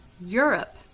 Europe